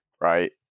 right